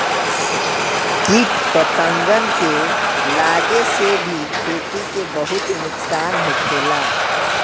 किट पतंगन के लागे से भी खेती के बहुत नुक्सान होखेला